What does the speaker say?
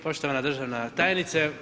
Poštovana državna tajnice.